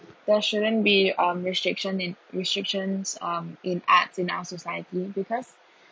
there shouldn't be um restriction in restrictions um in arts in our society because